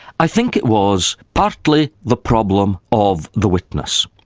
i think it was partly the problem of the witness,